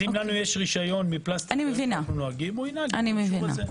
אם לנו יש רשיון מפלסטיק, הוא ינהג עם זה.